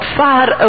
far